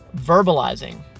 verbalizing